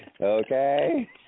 Okay